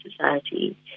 society